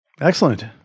Excellent